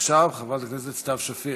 ועכשיו חברת הכנסת סתיו שפיר.